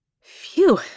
Phew